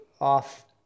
off